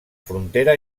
frontera